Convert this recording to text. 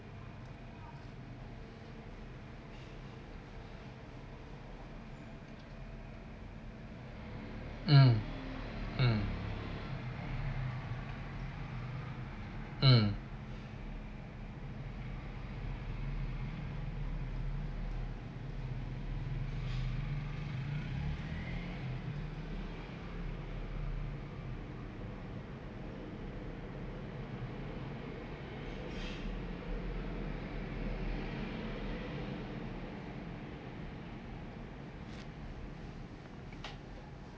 hmm hmm um